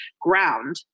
ground